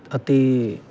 ਅਤੇ